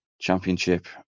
Championship